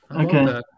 okay